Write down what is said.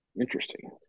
interesting